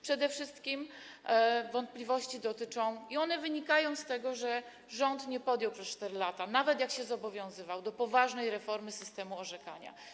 Przede wszystkim wątpliwości wynikają z tego, że rząd nie podjął przez 4 lata, nawet jak się zobowiązywał, poważnej reformy systemu orzekania.